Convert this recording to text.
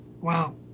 wow